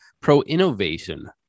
pro-innovation